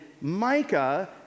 Micah